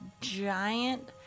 giant